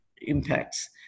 impacts